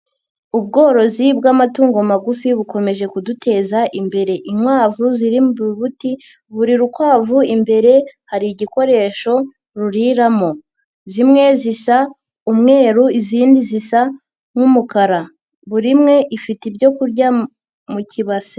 Ubworozi bw'amatungo magufi bukomeje kuduteza imbere, inkwavu ziri mu bibuti, buri rukwavu imbere hari igikoresho ruriramo. Zimwe zisa umweru, izindi zisa nk'umukara. Buri imwe ifite ibyo kurya mu kibase.